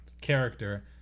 character